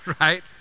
right